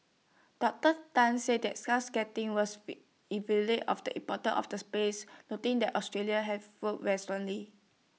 Doctor Tan said the gazetting was of the importance of the space noting that Australia have very strongly